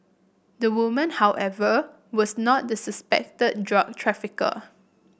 the woman however was not the suspected drug trafficker